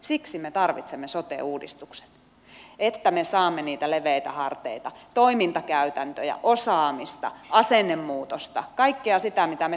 siksi me tarvitsemme sote uudistuksen että me saamme niitä leveitä harteita toimintakäytäntöjä osaamista asennemuutosta kaikkea sitä mitä me tarvitsemme